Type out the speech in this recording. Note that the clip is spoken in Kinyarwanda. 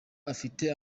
afite